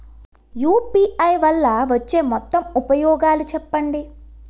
UPI వల్ల వచ్చే మొత్తం ఉపయోగాలు చెప్పండి?